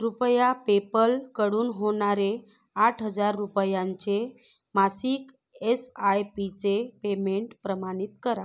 कृपया पेपलकडून होणारे आठ हजार रुपयांचे मासिक एस आय पीचे पेमेंट प्रमाणित करा